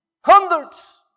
Hundreds